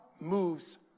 moves